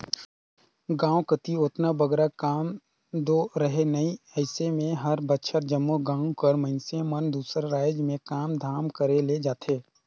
गाँव कती ओतना बगरा काम दो रहें नई अइसे में हर बछर जम्मो गाँव कर मइनसे मन दूसर राएज में काम धाम करे ले जाथें